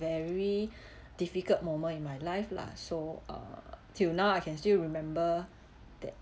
very difficult moment in my life lah so uh till now I can still remember that